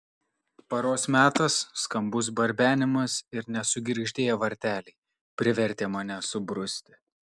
paros metas skambus barbenimas ir nesugirgždėję varteliai privertė mane subruzti